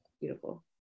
Beautiful